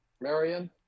Marion